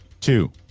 two